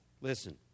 Listen